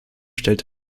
stellt